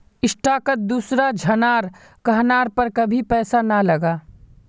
स्टॉकत दूसरा झनार कहनार पर कभी पैसा ना लगा